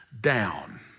down